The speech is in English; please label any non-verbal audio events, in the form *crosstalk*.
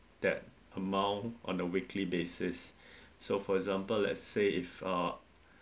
that amount on the weekly basis *breath* so for example let's say if uh